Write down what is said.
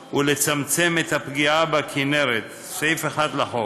ולצמצם את הפגיעה בכינרת" סעיף 1 לחוק,